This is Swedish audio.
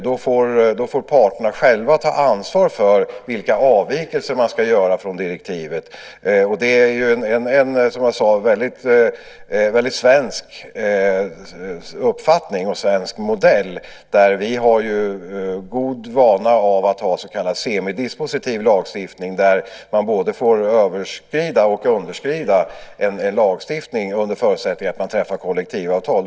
Då får parterna själva ta ansvar för vilka avvikelser man ska göra från direktivet. Det är ju en som jag sade väldigt svensk uppfattning och modell. Vi har ju god vana av att ha så kallad semidispositiv lagstiftning där man får både över och underskrida en lagstiftning under förutsättning att man träffar kollektivavtal.